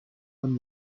than